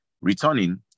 Returning